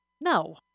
No